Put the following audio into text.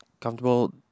comfortable